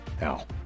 Now